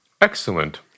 Excellent